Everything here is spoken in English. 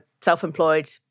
self-employed